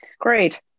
great